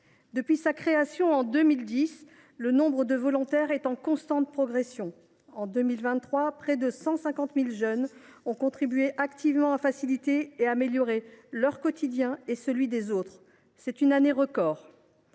du dispositif en 2010, le nombre de volontaires au service civique est en constante progression. En 2023, près de 150 000 jeunes ont contribué activement à faciliter et à améliorer leur quotidien et celui des autres. C’est une année record.